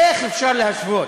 איך אפשר להשוות?